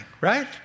right